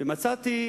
ומצאתי,